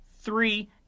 three